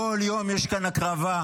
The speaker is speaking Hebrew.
כל יום יש כאן הקרבה.